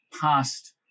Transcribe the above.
past